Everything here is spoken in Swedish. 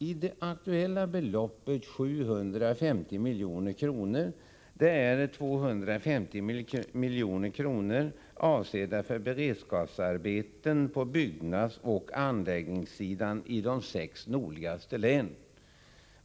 I det aktuella beloppet, 750 milj.kr., är 250 milj.kr. avsedda för beredskapsarbeten på byggnadsoch anläggningssidan i de sex nordligas te länen.